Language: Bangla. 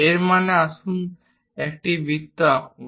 এর মানে আসুন একটি বৃত্ত আঁকুন